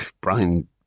Brian